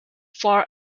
far